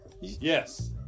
Yes